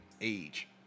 age